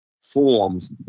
forms